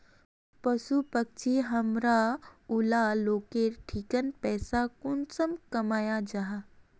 पशु पक्षी हमरा ऊला लोकेर ठिकिन पैसा कुंसम कमाया जा?